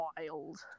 wild